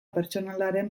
pertsonalaren